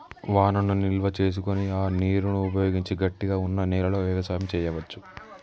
వానను నిల్వ చేసుకొని ఆ నీరును ఉపయోగించి గట్టిగ వున్నా నెలలో వ్యవసాయం చెయ్యవచు